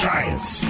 Giants